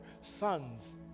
sons